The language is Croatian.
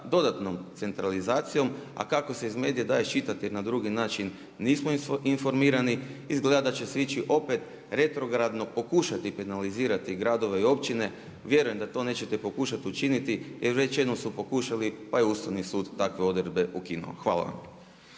dodatnom centralizacijom, a kako se iz medija daje iščitati na drugi način nismo informirani. Izgleda da će se ići opet retrogradno pokušati penalizirati gradove i općine. Vjerujem da to nećete pokušati učiniti, jer već jednom su pokušavali pa je Ustavni sud takve odredbe ukinuo. Hvala vam.